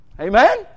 Amen